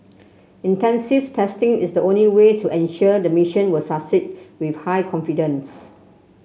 extensive testing is the only way to ensure the mission will succeed with high confidence